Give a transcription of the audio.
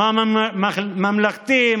מה ממלכתי,